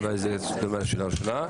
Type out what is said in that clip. אולי זו צריכה להיות שאלה ראשונה.